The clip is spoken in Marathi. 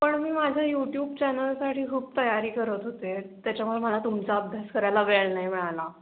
पण मी माझं यूट्यूब चॅनलसाठी खूप तयारी करत होते त्याच्यामुळे मला तुमचा अभ्यास करायला वेळ नाही मिळाला